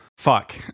Fuck